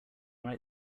right